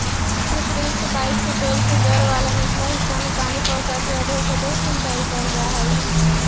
छिद्रयुक्त पाइप से पेड़ के जड़ वाला निचला हिस्सा में पानी पहुँचाके अधोसतही सिंचाई कैल जा हइ